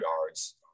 yards